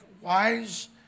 wise